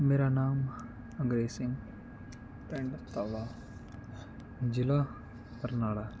ਮੇਰਾ ਨਾਮ ਅੰਗਰੇਜ਼ ਸਿੰਘ ਪਿੰਡ ਤਾਲਾ ਜ਼ਿਲ੍ਹਾ ਬਰਨਾਲਾ